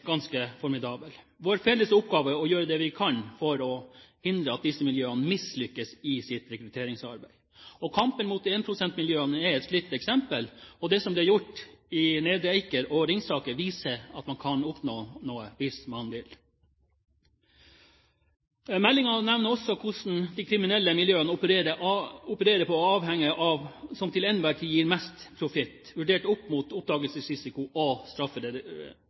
å gjøre det vi kan for å hindre at disse miljøene mislykkes i sitt rekrutteringsarbeid. Kampen mot énprosentmiljøene er et slikt eksempel. Det som ble gjort i Nedre Eiker og Ringsaker, viser at man kan oppnå noe hvis man vil. Meldingen nevner også hvordan de kriminelle miljøene opererer avhengig av hva som til enhver tid gir mest profitt, vurdert opp mot oppdagelsesrisiko og